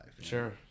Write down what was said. Sure